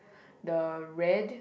the red